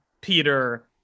Peter